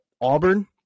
Auburn